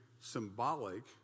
symbolic